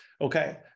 Okay